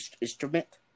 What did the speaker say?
instrument